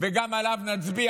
וגם עליו נצביע.